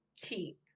keep